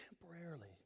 temporarily